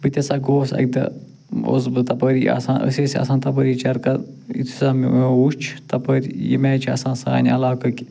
بہٕ تہِ ہسا گوس اکہِ دۄہ اوسُس بہِ تپٲری آسان أسۍ ٲسۍ آسان تپٲری چرکَس یتھٕے ہسا مےٚ ٲں وُچھ تپٲرۍ ییٚمہِ آیہِ چھِ آسان سانہِ علاقٕقۍ